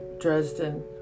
Dresden